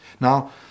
Now